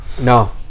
no